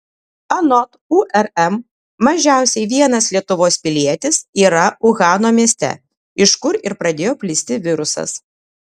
anot urm mažiausiai vienas lietuvos pilietis yra uhano mieste iš kur ir pradėjo plisti virusas